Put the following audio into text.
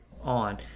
on